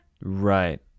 Right